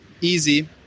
easy